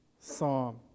psalm